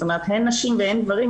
הן נשים והן גברים,